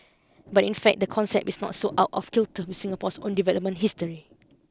but in fact the concept is not so out of kilter with Singapore's own development history